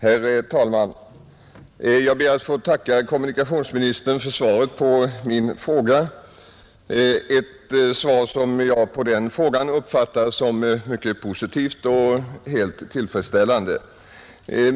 Herr talman! Jag ber att få tacka kommunikationsministern för svaret på min fråga, ett svar som jag uppfattar som mycket positivt och helt tillfredsställande.